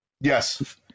Yes